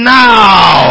now